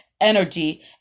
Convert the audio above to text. energy